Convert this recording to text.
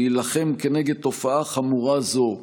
להילחם נגד תופעה חמורה זו,